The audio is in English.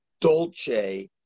Dolce